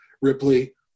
Ripley